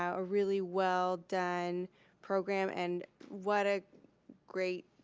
um a really well done program, and what a great